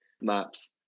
maps